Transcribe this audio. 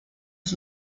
los